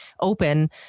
open